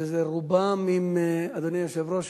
ורובם, אדוני היושב-ראש,